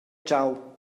tgau